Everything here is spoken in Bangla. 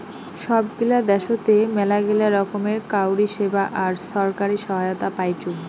সব গিলা দ্যাশোতে মেলাগিলা রকমের কাউরী সেবা আর ছরকারি সহায়তা পাইচুং